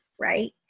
right